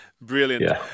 Brilliant